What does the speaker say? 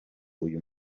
uyu